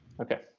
Okay